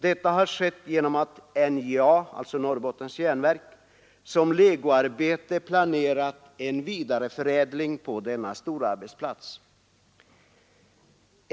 Detta har kunnat ske genom att NJA som legoarbete planerat en vidareförädling på denna storarbetsplats.